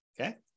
Okay